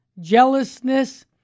jealousness